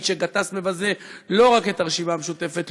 שגטאס מבזה לא רק את הרשימה המשותפת,